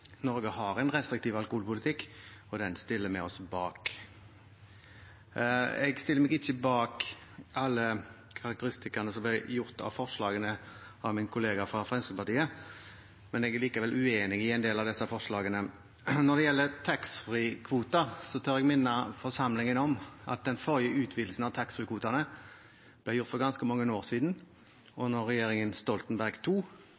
Norge har en restriktiv alkoholpolitikk, og den stiller vi oss bak. Jeg stiller meg ikke bak alle karakteristikkene som ble gitt av forslagene fra min kollega fra Fremskrittspartiet, men jeg er likevel uenig i en del av disse forslagene. Når det gjelder taxfree-kvoter, tør jeg minne forsamlingen om at den forrige utvidelsen av taxfree-kvotene ble gjort for ganske mange år siden